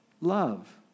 Love